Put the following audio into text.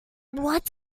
what